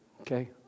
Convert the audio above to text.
Okay